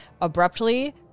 abruptly